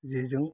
जेजों